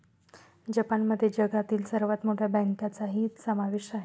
जपानमध्ये जगातील सर्वात मोठ्या बँकांचाही समावेश आहे